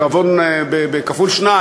כפולה,